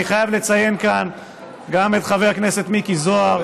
אני חייב לציין כאן גם את חבר הכנסת מיקי זוהר,